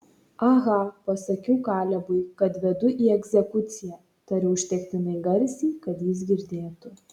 aha pasakiau kalebui kad vedu į egzekuciją tariu užtektinai garsiai kad jis girdėtų